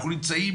אנחנו נמצאים